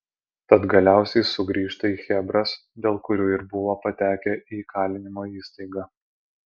tad galiausiai sugrįžta į chebras dėl kurių ir buvo patekę į įkalinimo įstaigą